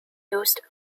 used